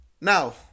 Now